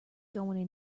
going